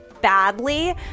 badly